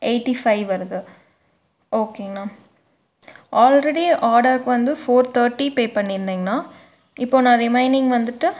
eighty five வருது ஓகேங்ண்ணா already ஆர்டருக்கு வந்து ஃபோர் தேர்ட்டி பே பண்ணிருந்தேங்ண்ணா இப்போது நான் ரிமைனிங் வந்துட்டு